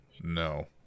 No